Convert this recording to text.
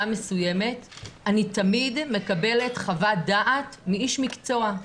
מסוימת אני תמיד מקבלת חוות דעת מאיש מקצוע.